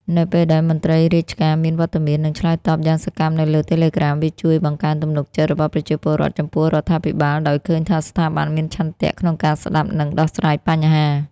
នៅពេលដែលមន្ត្រីរាជការមានវត្តមាន និងឆ្លើយតបយ៉ាងសកម្មនៅលើ Telegram វាជួយ បង្កើនទំនុកចិត្ត របស់ប្រជាពលរដ្ឋចំពោះរដ្ឋាភិបាល ដោយឃើញថាស្ថាប័នមានឆន្ទៈក្នុងការស្ដាប់ និងដោះស្រាយបញ្ហា។